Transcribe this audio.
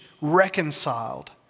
reconciled